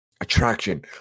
attraction